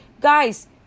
guys